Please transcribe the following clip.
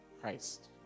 Christ